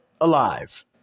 alive